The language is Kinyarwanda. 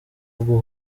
bwo